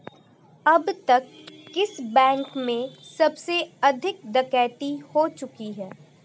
अब तक किस बैंक में सबसे अधिक डकैती हो चुकी है?